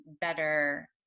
better